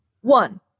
One